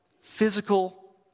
physical